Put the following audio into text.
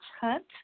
Hunt